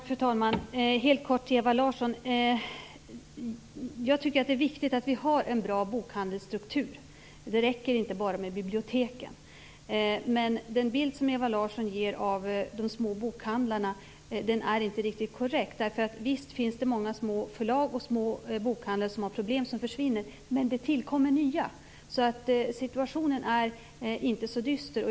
Fru talman! Jag vill till Ewa Larsson säga att jag tycker att det är viktigt att vi har en bra bokhandelsstruktur. Det räcker inte med bara biblioteken. Men den bild som Ewa Larsson ger av de små bokhandlarna är inte riktigt korrekt. Visst finns det många små förlag och små bokhandlar som har problem och som försvinner, men det tillkommer nya. Situationen är därför inte så dyster.